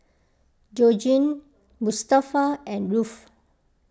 Georgine Mustafa and Rolf